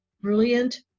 Brilliant